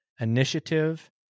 initiative